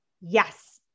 yes